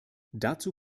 dazu